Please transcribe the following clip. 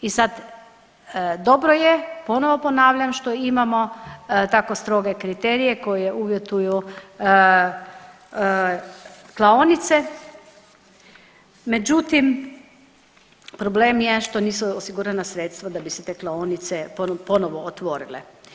I sad dobro je, ponovo ponavljam, što imamo tako stroge kriterije koje uvjetuju klaonice, međutim problem je što nisu osigurana sredstva da bi se te klaonice ponovo otvorile.